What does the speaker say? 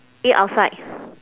eat outside